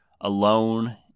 alone